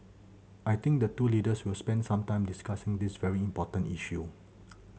I think the two leaders will spend some time discussing this very important issue